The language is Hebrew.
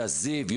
זיו,